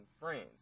friends